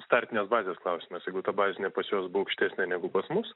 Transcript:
startinės bazės klausimas jeigu jei ta bazinė pas juos buvo aukštesnė negu pas mus